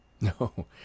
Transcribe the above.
no